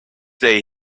day